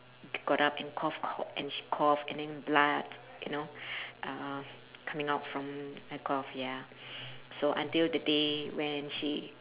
got up and cough co~ and she cough and then blood you know uh coming out from the cough ya so until the day when she